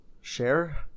share